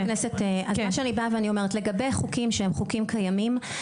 מה שאני באה ואני אומרת לגבי חוקים שהם חוקים קיימים,